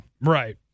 Right